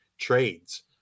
trades